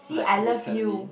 like recently